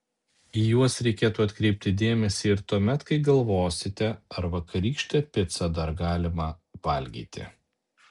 į juos reikėtų atkreipti dėmesį ir tuomet kai galvosite ar vakarykštę picą dar galima valgyti